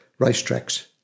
racetracks